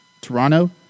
Toronto